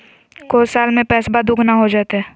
को साल में पैसबा दुगना हो जयते?